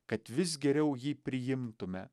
kad vis geriau jį priimtume